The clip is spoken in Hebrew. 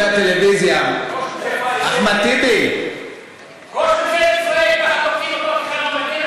דווקא הקואליציה דיברה יפה מאוד.